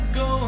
go